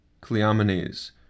Cleomenes